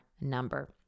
number